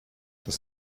das